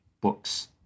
books